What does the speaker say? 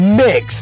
mix